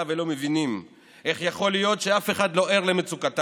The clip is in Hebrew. ולא מבינים איך יכול להיות שאף אחד לא ער למצוקתם.